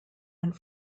and